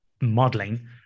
modeling